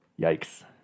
Yikes